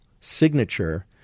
signature